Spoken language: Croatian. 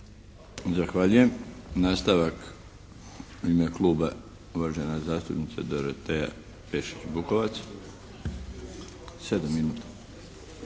Zahvaljujem. Nastavak u ime kluba, uvažena zastupnica Dorotea Pešić-Bukovac.